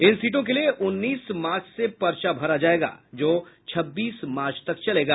इन सीटों के लिए उन्नीस मार्च से पर्चा भरा जाएगा जो छब्बीस मार्च तक चलेगा